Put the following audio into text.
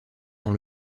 dans